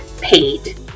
paid